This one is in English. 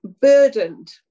Burdened